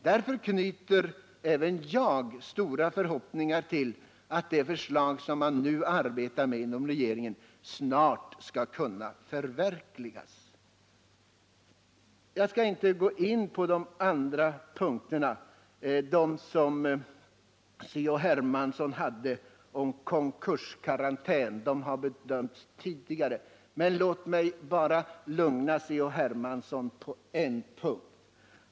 Därför knyter även jag stora förhoppningar till att det förslag som man nu arbetar med inom regeringen snart skall kunna förverkligas. Jag skall inte gå in på C.-H. Hermanssons synpunkter om konkurskarantän —de har bedömts tidigare. Låt mig bara lugna C.-H. Hermansson på en punkt.